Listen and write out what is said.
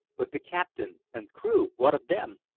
but the captain and crew, what of them?